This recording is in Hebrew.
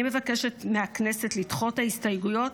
אני מבקשת מהכנסת לדחות את ההסתייגויות